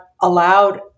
allowed